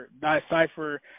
decipher